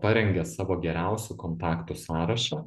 parengia savo geriausių kontaktų sąrašą